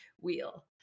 wheel